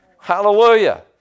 Hallelujah